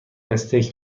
استیک